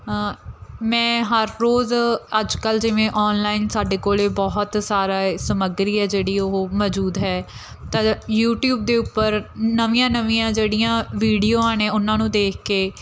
ਮੈਂ ਹਰ ਰੋਜ਼ ਅੱਜ ਕੱਲ੍ਹ ਜਿਵੇਂ ਆਨਲਾਈਨ ਸਾਡੇ ਕੋਲ ਬਹੁਤ ਸਾਰਾ ਸਮੱਗਰੀ ਹੈ ਜਿਹੜੀ ਉਹ ਮੌਜੂਦ ਹੈ ਤਦ ਯੂਟੀਊਬ ਦੇ ਉੱਪਰ ਨਵੀਆਂ ਨਵੀਆਂ ਜਿਹੜੀਆਂ ਵੀਡੀਓਆਂ ਨੇ ਉਹਨਾਂ ਨੂੰ ਦੇਖ ਕੇ